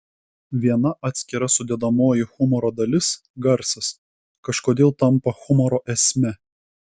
viena atskira sudedamoji humoro dalis garsas kažkodėl tampa humoro esme